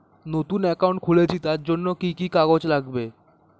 নতুন অ্যাকাউন্ট খুলছি তার জন্য কি কি কাগজ লাগবে?